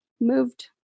moved